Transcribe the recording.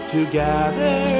Together